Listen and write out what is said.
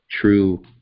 true